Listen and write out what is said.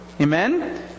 amen